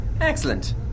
Excellent